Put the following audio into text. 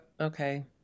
okay